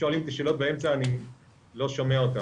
שאל אותך